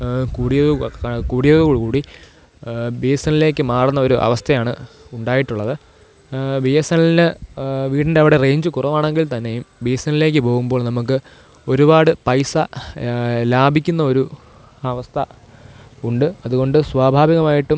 കൂടിയതു വെക്കാൻ കൂടിയതോടു കൂടി ബി എസ് എന്നിലേക്കു മാറുന്നൊരു അവസ്ഥയാണ് ഉണ്ടായിട്ടുള്ളത് ബി എസ് എൻ എല്ലിൽ വീടിൻ്റവിടെ റേയ്ഞ്ച് കുറവാണെങ്കിൽ തന്നെയും ബി എസ് എന്നിലേക്ക് പോകുമ്പോൾ നമുക്ക് ഒരുപാട് പൈസ ലാഭിക്കുന്നൊരു അവസ്ഥ ഉണ്ട് അതുകൊണ്ട് സ്വാഭാവികമായിട്ടും